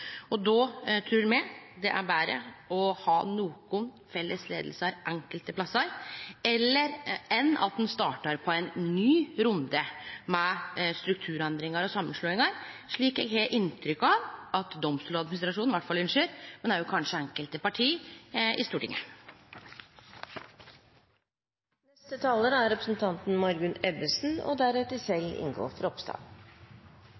og då trur me at det er betre å ha nokre felles leiingar enkelte plassar enn at ein startar på ein ny runde med strukturendringar og samanslåingar, slik eg har inntrykk av at iallfall Domstoladministrasjonen ønskjer, men òg kanskje enkelte parti i Stortinget. Det er